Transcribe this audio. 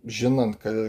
žinant ka